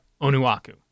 Onuaku